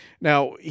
Now